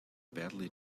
badly